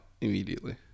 immediately